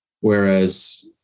Whereas